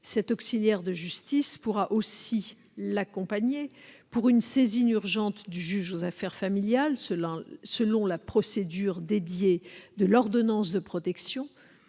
Cet auxiliaire de justice pourra aussi l'accompagner pour une saisine urgente du juge aux affaires familiales selon la procédure dédiée de l'ordonnance de protection,